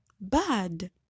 Bad